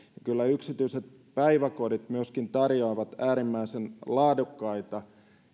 kyllä yksityiset päiväkodit myöskin tarjoavat äärimmäisen laadukkaita